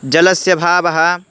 जलस्याभावः